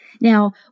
Now